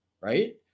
Right